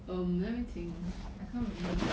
um let me think I can't really